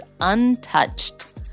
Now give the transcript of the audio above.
untouched